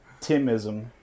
Timism